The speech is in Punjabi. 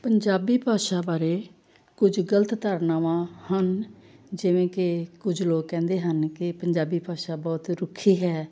ਪੰਜਾਬੀ ਭਾਸ਼ਾ ਬਾਰੇ ਕੁਝ ਗਲਤ ਧਾਰਨਾਵਾਂ ਹਨ ਜਿਵੇਂ ਕਿ ਕੁਝ ਲੋਕ ਕਹਿੰਦੇ ਹਨ ਕਿ ਪੰਜਾਬੀ ਭਾਸ਼ਾ ਬਹੁਤ ਰੁੱਖੀ ਹੈ